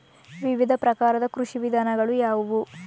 ವಿವಿಧ ಪ್ರಕಾರದ ಕೃಷಿ ವಿಧಾನಗಳು ಯಾವುವು?